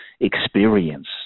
experience